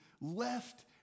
left